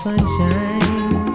Sunshine